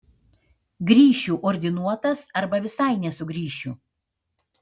grįšiu ordinuotas arba visai nesugrįšiu